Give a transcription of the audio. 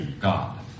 God